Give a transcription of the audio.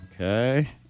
Okay